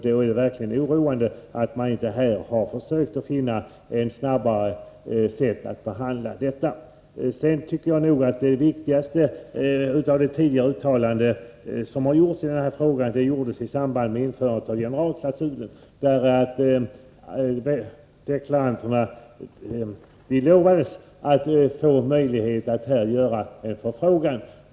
Då är det verkligen oroande att man inte har försökt att finna ett snabbare sätt att behandla frågorna. Jag anser att de viktigaste uttalanden som tidigare har gjorts i denna fråga kom i samband med införandet av generalklausulen. Då lovades deklaranterna möjlighet att göra en förfrågan.